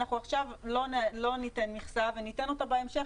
עכשיו לא ניתן מכסה וניתן אותה בהמשך,